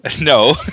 No